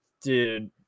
dude